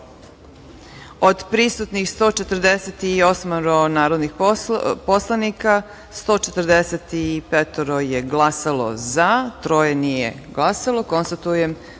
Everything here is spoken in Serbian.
od prisutnih 148 narodnih poslanika, 145 je glasalo za, troje nije glasalo. Konstatujem da